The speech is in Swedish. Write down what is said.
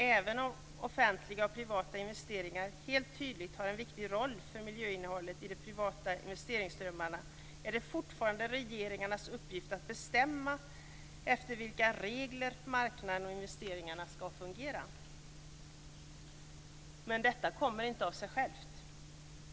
Även om offentliga och privata investeringar helt tydligt har en viktig roll för miljöinnehållet i de privata investeringsströmmarna är det fortfarande regeringarnas uppgift att bestämma efter vilka regler marknaden och investeringarna skall fungera. Men detta kommer inte av sig självt.